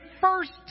first